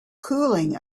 cooling